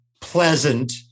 pleasant